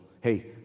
Hey